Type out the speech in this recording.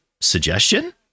suggestion